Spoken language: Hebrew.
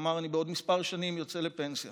הוא אמר: אני בעוד כמה שנים יוצא לפנסיה